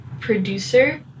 producer